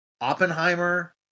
Oppenheimer